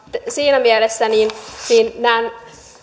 siinä mielessä näen